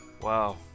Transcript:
Wow